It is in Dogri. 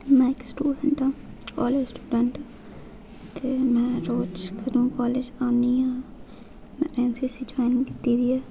में इक स्टूडेंट आं कालेज स्टूडेंट ते में रोज घरै दा कालेज औन्नी आं एनसीसी ज्वाइन कीती दी ऐ